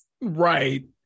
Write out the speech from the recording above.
Right